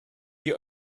your